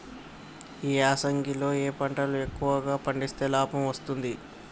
ఈ యాసంగి లో ఏ పంటలు ఎక్కువగా పండిస్తే లాభం వస్తుంది?